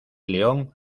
león